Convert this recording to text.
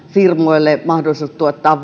firmoille mahdollisuus tuottaa